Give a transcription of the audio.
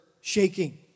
shaking